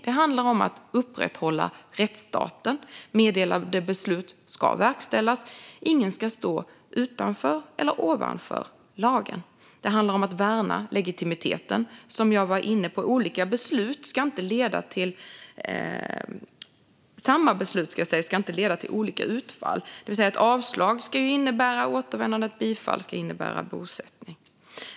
Det handlar om att upprätthålla rättsstaten, om att meddelade beslut ska verkställas och om att ingen ska stå utanför eller ovanför lagen. Det handlar om att värna legitimiteten, som jag var inne på. Samma beslut ska inte leda till olika utfall. Ett avslag ska alltså innebära återvändande, och ett bifall ska innebära bosättning.